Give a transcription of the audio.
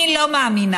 אני לא מאמינה,